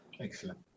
excellent